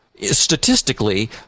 Statistically